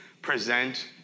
present